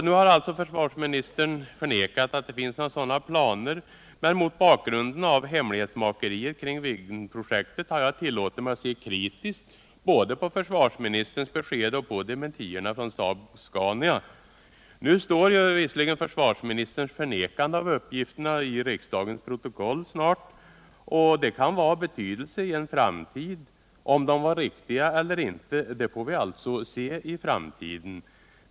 Nu har försvarsministern förnekat att det finns några sådana planer, men mot bakgrunden av hemlighetsmakeriet kring Viggenprojektet har jag tillåtit mig att sc kritiskt på både försvarsministerns besked och dementierna från Saab-Scania. Nu står försvarsministerns förnekande av uppgifterna i riksdagens protokoll inom kort, och detta kan vara av betydelse i en framtid. Om de var riktiga eller inte får framtiden utvisa.